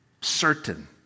certain